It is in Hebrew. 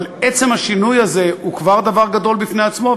אבל עצם השינוי הזה הוא כבר דבר גדול בפני עצמו,